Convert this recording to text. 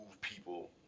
people